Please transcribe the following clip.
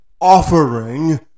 offering